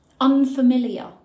unfamiliar